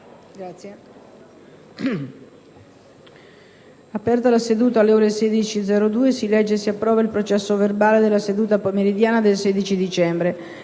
Grazie,